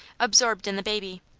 absorbed in the baby.